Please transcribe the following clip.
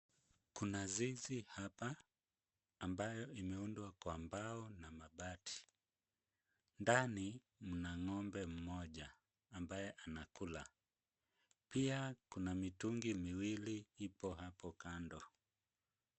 Kuna zizi hapa ambayo imeundwa kwa mbao na mabati. Ndani mna ng'ombe mmoja ambaye anakula. Pia kuna mitungi miwili ipo hapo kando.